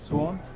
one.